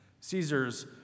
Caesar's